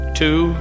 two